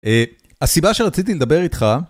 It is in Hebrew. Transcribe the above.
אה, הסיבה שרציתי לדבר איתך...